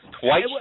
twice